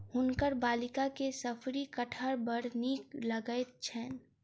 हुनकर बालिका के शफरी कटहर बड़ नीक लगैत छैन